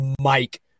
Mike